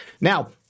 Now